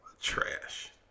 trash